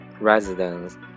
residents